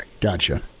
Gotcha